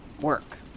work